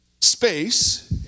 space